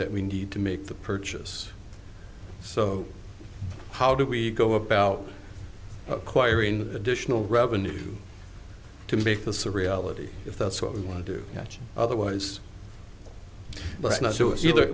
that we need to make the purchase so how do we go about acquiring additional revenues to make this a reality if that's what we want to do otherwise but it's not so it's either